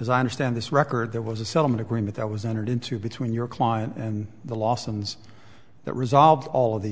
as i understand this record there was a settlement agreement that was entered into between your client and the lawsons that resolved all of these